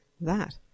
That